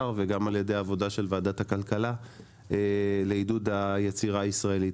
וגם על ידי העבודה של ועדת הכלכלה לעידוד היצירה הישראלית.